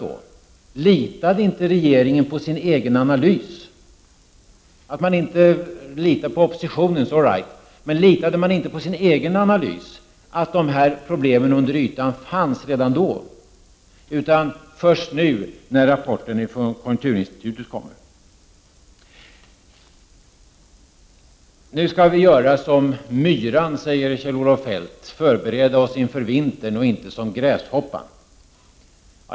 Det är förståeligt att man inte litade på oppositionen. Men litade man inte på sin egen analys som visade att dessa problem under ytan redan då existerade? Är det först nu när rapporten från konjunkturinstitutet har kommit som man tar dessa problem på allvar? Nu skall vi göra som myran och inte som gräshoppan, sade Kjell-Olof Feldt, förbereda oss inför vintern.